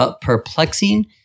perplexing